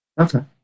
Okay